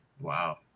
Wow